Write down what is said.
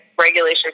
regulation